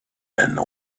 and